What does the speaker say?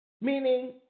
Meaning